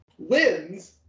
Wins